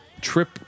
trip